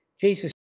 Jesus